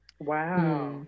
Wow